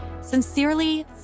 Sincerely